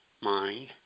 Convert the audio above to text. mind